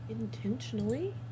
intentionally